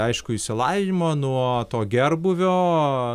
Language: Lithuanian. aišku išsilavinimo nuo to gerbūvio